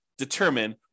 determine